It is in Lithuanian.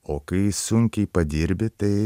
o kai sunkiai padirbi tai